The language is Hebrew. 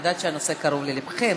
אני יודעת שהנושא קרוב לליבכם,